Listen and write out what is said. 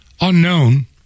unknown